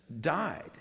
died